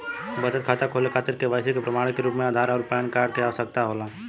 बचत खाता खोले के खातिर केवाइसी के प्रमाण के रूप में आधार आउर पैन कार्ड के आवश्यकता होला